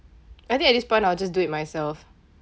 I think at this point I'll just do it myself